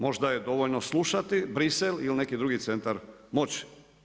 Možda je dovoljno slušati Bruxelles ili neki drugi centar moći.